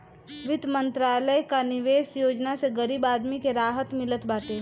वित्त मंत्रालय कअ निवेश योजना से गरीब आदमी के राहत मिलत बाटे